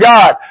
God